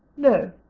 no,